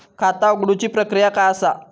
खाता उघडुची प्रक्रिया काय असा?